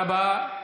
תודה רבה.